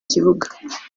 kibuga